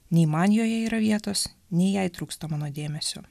nei man joje yra vietos nei jai trūksta mano dėmesio